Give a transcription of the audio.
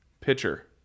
pitcher